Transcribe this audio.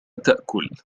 تأكل